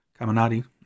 Caminati